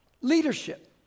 leadership